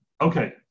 Okay